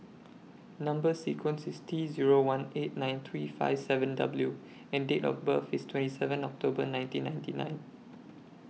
Number sequence IS T Zero one eight nine three five seven W and Date of birth IS twenty seven October nineteen ninety nine